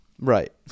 right